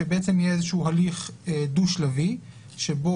שבעצם יהיה איזשהו הליך דו-שלבי שבו